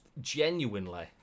Genuinely